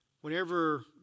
Whenever